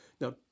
Now